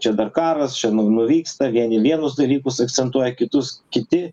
čia dar karas čia nu nuvyksta vieni vienus dalykus akcentuoja kitus kiti